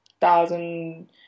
thousand